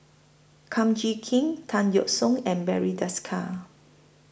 Kum Chee Kin Tan Yeok Seong and Barry Desker